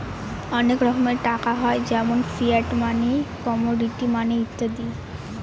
অনেক রকমের টাকা হয় যেমন ফিয়াট মানি, কমোডিটি মানি ইত্যাদি